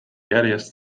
järjest